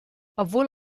obwohl